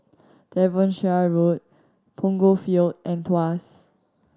Devonshire Road Punggol Field and Tuas